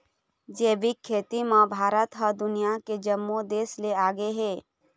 जैविक खेती म भारत ह दुनिया के जम्मो देस ले आगे हे